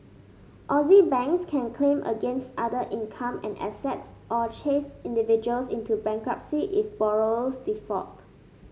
Aussie banks can claim against other income and assets or chase individuals into bankruptcy if borrowers default